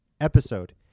episode